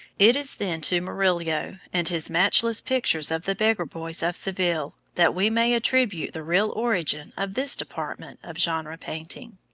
it is then to murillo and his matchless pictures of the beggar boys of seville that we may attribute the real origin of this department of genre painting.